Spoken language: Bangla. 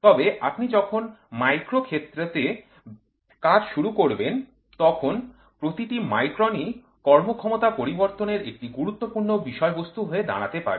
তবে আপনি যখন মাইক্রো ক্ষেত্র তে কাজ শুরু করবেন তখন প্রতিটি মাইক্রন ই কর্ম ক্ষমতা পরিবর্তনের একটি গুরুত্বপূর্ণ বিষয় বস্তু হয়ে দাঁড়াতে পারে